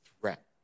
threat